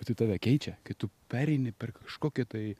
bet tai tave keičia kai tu pereini per kažkokį tai